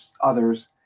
others